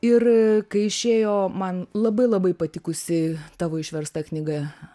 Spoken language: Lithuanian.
ir kai išėjo man labai labai patikusi tavo išversta knyga